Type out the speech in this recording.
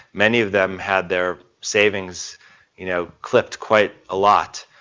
many of them had their savings you know, clipped quite a lot,